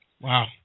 Wow